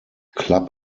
club